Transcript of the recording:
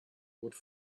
would